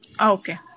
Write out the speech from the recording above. Okay